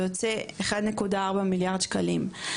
זה יוצא 1.4 מיליארד שקלים,